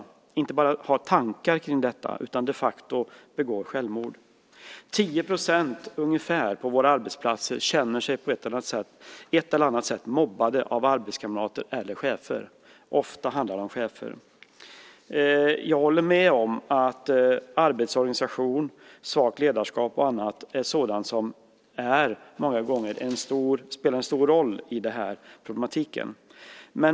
De inte bara har tankar på självmord utan tar de facto sina liv. Ungefär 10 % av personerna på våra arbetsplatser känner sig på ett eller annat sätt mobbade av arbetskamrater eller chefer. Ofta handlar det om chefer. Jag håller med om att arbetsorganisation, svagt ledarskap och annat många gånger spelar stor roll i denna problematik.